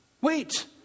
Wait